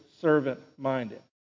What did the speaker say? servant-minded